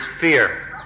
fear